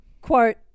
Quote